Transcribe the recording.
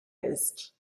ist